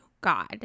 god